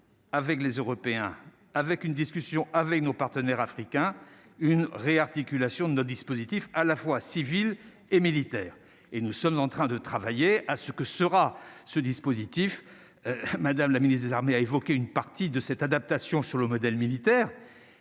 avec les Européens, avec une discussion avec nos partenaires africains, une réarticulation de dispositif à la fois, civils et militaires et nous sommes en train de travailler à ce que sera ce dispositif à madame la ministre des armées, a évoqué une partie de cette adaptation, sur le modèle militaire